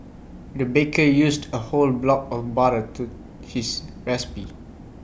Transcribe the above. the baker used A whole block of butter to his recipe